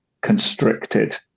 constricted